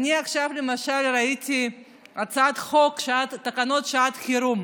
עכשיו למשל ראיתי הצעת חוק תקנות שעת חירום